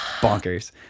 Bonkers